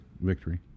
Victory